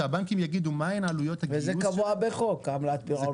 שהבנקים יגידו מה הן עלויות הגיוס --- וזה קבוע בחוק עמלת הפירעון.